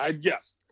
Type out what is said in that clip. Yes